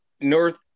North